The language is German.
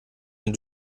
wenn